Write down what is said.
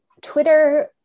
Twitter